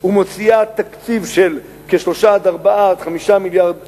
ומוציאה תקציב של 3, 4 5 מיליארד דולר,